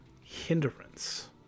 hindrance